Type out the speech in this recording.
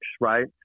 right